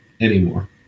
anymore